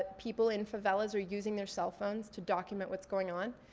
people in favelas are using their cell phones to document what's going on.